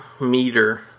meter